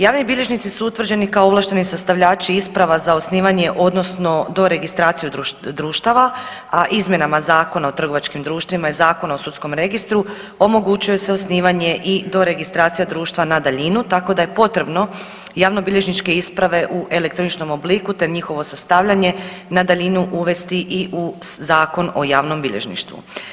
Javni bilježnici su utvrđeni kao ovlašteni sastavljači isprava za osnivanje odnosno doregistraciju društava, a izmjenama Zakona o trgovačkim društvima i Zakona o sudskom registru omogućuje se osnivanje i doregistracija društva na daljinu, tako da je potrebno javnobilježničke isprave u elektroničkom obliku, te njihovo sastavljanje na daljinu uvesti i u Zakon o javnom bilježništvu.